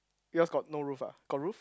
yours got no roof ah got roof